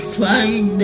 find